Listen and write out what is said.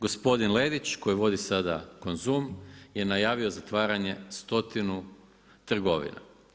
Gospodin Ledić koji vodi sada Konzum je najavio zatvaranje 100 trgovina.